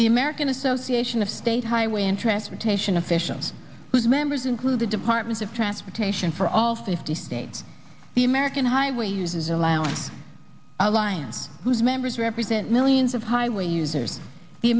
the american association of state highway and transportation officials whose members include the department of transportation for all fifty states the american highways is allowing alliance whose members represent millions of highway users the